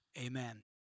Amen